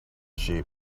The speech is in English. sheep